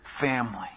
family